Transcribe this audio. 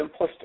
simplistic